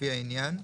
לפי העניין,